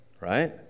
Right